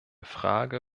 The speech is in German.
frage